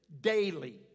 daily